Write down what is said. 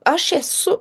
aš esu